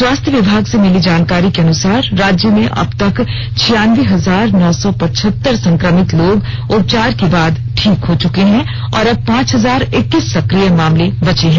स्वास्थ्य विमाग से मिली जानकारी के अनुसार राज्य में अबतक छियानबे हजार नौ सौ पचहत्तर संक्रमित लोग उपचार के बाद ठीक हो चुके हैं और अब पांच हजार इक्कीस सकिय मामले बचे हैं